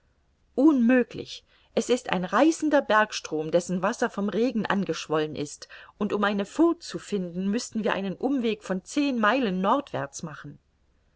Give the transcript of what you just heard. unmöglich es ist ein reißender bergstrom dessen wasser vom regen angeschwollen ist und um eine furth zu finden müßten wir einen umweg von zehn meilen nordwärts machen